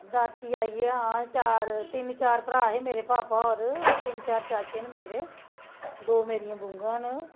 बाकी आइयै आं चार तिन्न चार भ्राऽ हे मेरे भापा होर तिन्न चार चाचे न मेरे दो मेरियां बूआं न